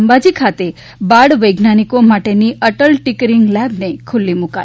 અંબાજી ખાતે બાળ વૈજ્ઞાનિકો માટેની ટલ ટિકરિંગ લેબને ખૂલ્લી મૂકાઇ